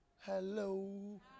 Hello